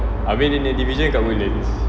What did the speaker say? abeh dia nya division dekat woodlands